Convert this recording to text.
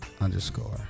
underscore